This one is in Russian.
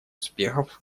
успехов